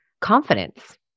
confidence